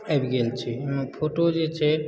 आबि गेल छै ओइमे फोटो जे छै